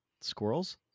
squirrels